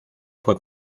fue